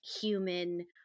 human